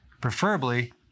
preferably